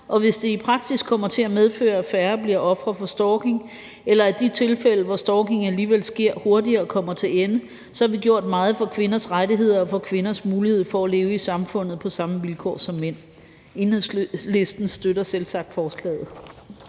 og hvis det i praksis kommer til at medføre, at færre bliver ofre for stalking, eller at de tilfælde, hvor stalking alligevel sker, hurtigere kommer til ende, har vi gjort meget for kvinders rettigheder og for kvinders mulighed for at leve i samfundet på samme vilkår som mænd. Enhedslisten støtter selvsagt forslaget.